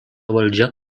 valdžia